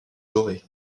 dorée